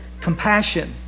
compassion